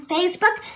Facebook